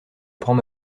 prends